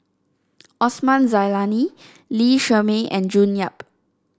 Osman Zailani Lee Shermay and June Yap